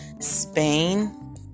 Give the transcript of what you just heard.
Spain